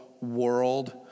world